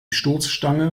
stoßstange